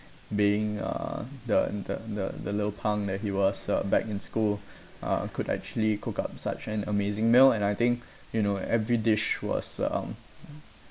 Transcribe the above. being uh the the the the little punk that he was uh back in school uh could actually cook up such an amazing meal and I think you know every dish was um